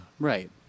Right